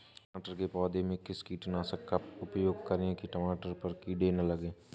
टमाटर के पौधे में किस कीटनाशक का उपयोग करें कि टमाटर पर कीड़े न लगें?